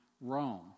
Rome